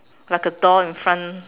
like a door in front